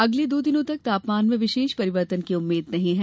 अगले दो दिनों तक तापमान में विशेष परिवर्तन की उम्मीद नहीं है